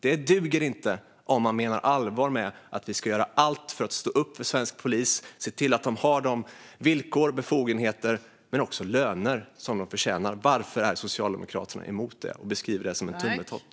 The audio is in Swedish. Det duger inte om man menar allvar med att vi ska göra allt för att stå upp för svensk polis och se till att de har de villkor och befogenheter men också löner som de förtjänar. Varför är Socialdemokraterna emot det och beskriver det som en tummetott?